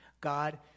God